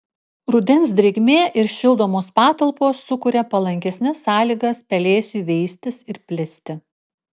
rudens drėgmė ir šildomos patalpos sukuria palankesnes sąlygas pelėsiui veistis ir plisti